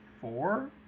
four